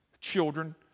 children